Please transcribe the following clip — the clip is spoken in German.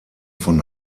von